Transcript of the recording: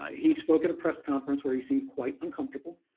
ah he spoke at a press conference where he seemed quite uncomfortable.